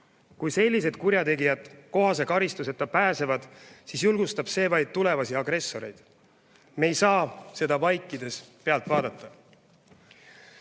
Kui sellised kurjategijad kohase karistuseta pääsevad, siis julgustab see vaid tulevasi agressoreid. Me ei saa seda vaikides pealt vaadata.